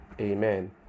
amen